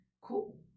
cool